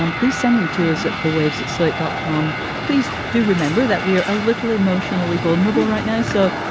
um please send them to us at the waves at slate dot com please do remember that we are ah literally emotionally vulnerable right now. so,